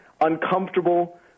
uncomfortable